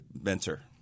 mentor